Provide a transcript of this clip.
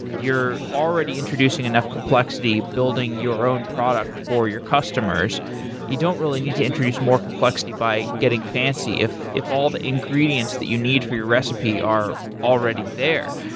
you're already introducing enough complexity building your own product for your customers you don't really need to introduce more complexity by getting fancy if if all the ingredients that you need for your recipe are already there.